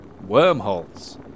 Wormholes